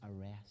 arrest